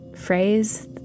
phrase